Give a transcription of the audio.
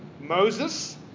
Moses